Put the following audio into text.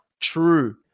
true